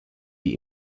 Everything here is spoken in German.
die